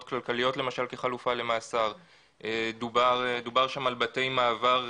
כלכליות כחלופה למאסר; דובר שם על בתי מעבר,